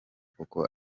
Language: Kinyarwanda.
koko